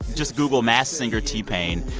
just google masked singer, t-pain.